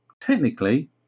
technically